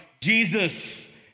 Jesus